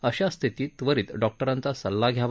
अशा स्थितीत त्वरित डॉक्टरांचा सल्ला घ्यावा